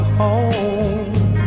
home